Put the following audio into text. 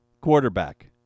quarterback